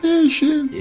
Nation